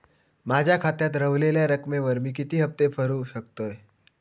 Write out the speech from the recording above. माझ्या खात्यात रव्हलेल्या रकमेवर मी किती हफ्ते भरू शकतय?